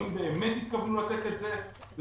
או האם באמת התכוונו לתת את זה לעוסק?